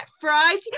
fries